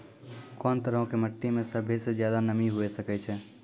कोन तरहो के मट्टी मे सभ्भे से ज्यादे नमी हुये सकै छै?